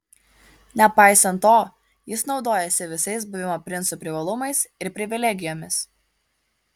nepaisant to jis naudojasi visais buvimo princu privalumais ir privilegijomis